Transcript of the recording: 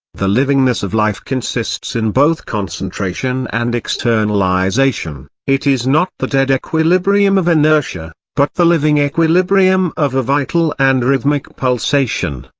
the livingness of life consists in both concentration and externalisation it is not the dead equilibrium of inertia, but the living equilibrium of a vital and rhythmic pulsation.